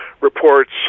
reports